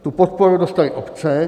Tu podporu dostaly obce.